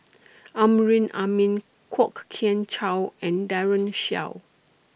Amrin Amin Kwok Kian Chow and Daren Shiau